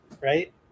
right